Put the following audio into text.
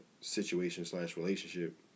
situation-slash-relationship